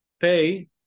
pay